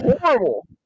horrible